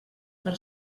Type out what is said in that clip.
per